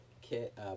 kit